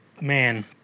man